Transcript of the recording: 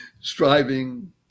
striving